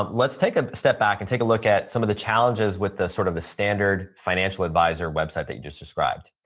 let's take a step back and take a look at some of the challenges with the sort of a standard financial advisor website that you just described.